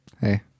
Hey